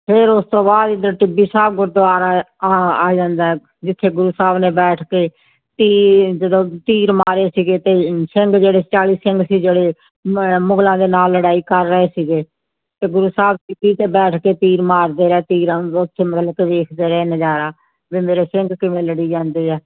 ਫਿਰ ਉਸ ਤੋਂ ਬਾਅਦ ਇੱਧਰ ਟਿੱਬੀ ਸਾਹਿਬ ਗੁਰਦੁਆਰਾ ਆ ਆ ਜਾਂਦਾ ਜਿੱਥੇ ਗੁਰੂ ਸਾਹਿਬ ਨੇ ਬੈਠ ਕੇ ਤੀਰ ਜਦੋਂ ਤੀਰ ਮਾਰੇ ਸੀਗੇ ਅਤੇ ਸਿੰਘ ਜਿਹੜੇ ਚਾਲੀ ਸਿੰਘ ਸੀ ਜਿਹੜੇ ਮ ਮੁਗਲਾਂ ਦੇ ਨਾਲ ਲੜਾਈ ਕਰ ਰਹੇ ਸੀਗੇ ਅਤੇ ਗੁਰੂ ਸਾਹਿਬ ਟਿੱਬੀ 'ਤੇ ਬੈਠ ਕੇ ਤੀਰ ਮਾਰਦੇ ਰਹੇ ਤੀਰਾਂ ਉੱਥੇ ਮਤਲਬ ਦੇਖਦੇ ਰਹੇ ਨਜ਼ਾਰਾ ਵੇ ਮੇਰੇ ਸਿੰਘ ਕਿਵੇਂ ਲੜੀ ਜਾਂਦੇ ਆ